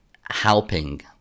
helping